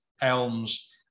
elms